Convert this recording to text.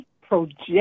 project